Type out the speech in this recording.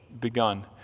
begun